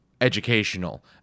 educational